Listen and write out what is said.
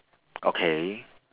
okay